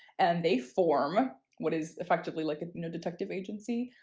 and they form what is effectively like a new detective agency.